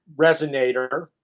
resonator